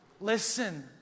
Listen